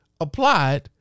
applied